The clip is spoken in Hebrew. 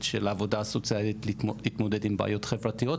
של עבודה סוציאלית להתמודד עם בעיות חברתיות.